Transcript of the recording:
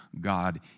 God